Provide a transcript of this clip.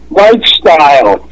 lifestyle